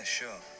sure